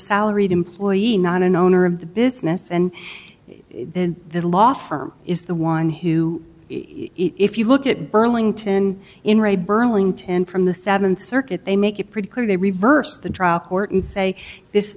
salaried employee not an owner of the business and then the law firm is the one who if you look at burlington in ray burlington from the seventh circuit they make it pretty clear they reverse the trial court and say this